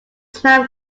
smell